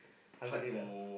hungry lah